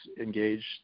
engaged